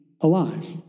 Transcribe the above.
alive